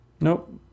nope